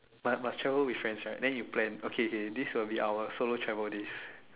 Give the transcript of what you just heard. but must travel with friends right then you plan okay kay this will be our solo travel days